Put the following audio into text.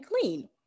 clean